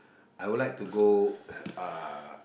I would like to go uh